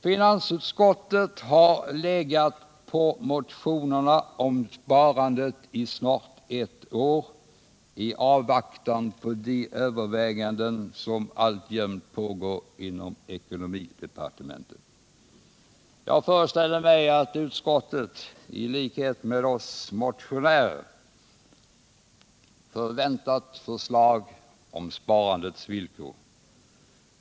Finansutskottet har legat på motionerna om sparandet i snart ett år i avvaktan på de överväganden som alltjämt pågår inom ekonomidepartementet. Jag föreställer mig att utskottet — i likhet med oss motionärer —- förväntat förslag om sparandets villkor.